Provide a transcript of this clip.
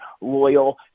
loyal